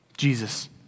Jesus